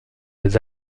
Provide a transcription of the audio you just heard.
des